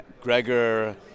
Gregor